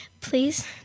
please